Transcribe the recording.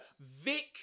Vic